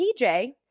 TJ